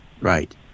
right